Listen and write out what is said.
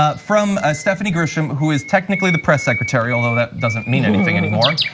ah from ah stephanie grisham, who is technically the press secretary, although that doesn't mean anything anymore.